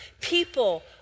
People